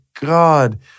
God